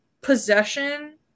possession